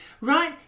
right